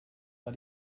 war